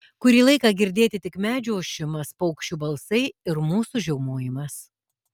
kurį laiką girdėti tik medžių ošimas paukščių balsai ir mūsų žiaumojimas